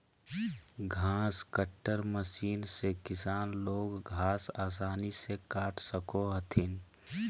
घास cutter machine से किसान लोग घास आसानी से काट सको हथिन